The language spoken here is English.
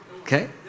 okay